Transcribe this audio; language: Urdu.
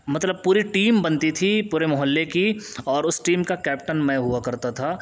مطلب پوری ٹیم بنتی تھی پورے محلے کی اور اس ٹیم کا کیپٹن میں ہوا کرتا تھا